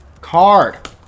card